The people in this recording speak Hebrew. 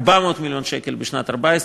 400 מיליון שקל בשנת 2014,